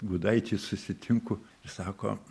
gudaitį susitinku jis sako